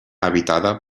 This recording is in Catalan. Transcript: habitada